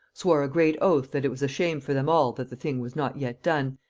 swore a great oath, that it was a shame for them all that the thing was not yet done,